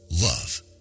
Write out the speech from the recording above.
Love